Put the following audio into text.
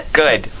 good